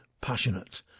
passionate